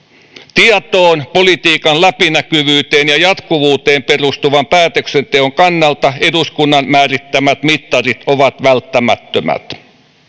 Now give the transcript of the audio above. tietoon politiikan läpinäkyvyyteen ja jatkuvuuteen perustuvan päätöksenteon kannalta eduskunnan määrittämät mittarit ovat välttämättömät